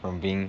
from being